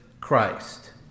Christ